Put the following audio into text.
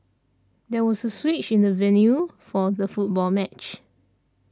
there was a switch in the venue for the football match